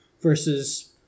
versus